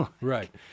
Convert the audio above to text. right